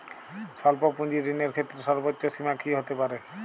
স্বল্প পুঁজির ঋণের ক্ষেত্রে সর্ব্বোচ্চ সীমা কী হতে পারে?